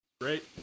Great